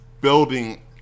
building